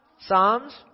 Psalms